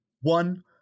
One